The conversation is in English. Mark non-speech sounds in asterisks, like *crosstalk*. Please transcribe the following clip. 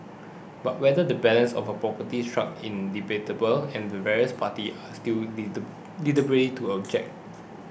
but whether the balance of properly struck is debatable and the various parties are still at *unintelligible* liberty to object